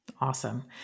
Awesome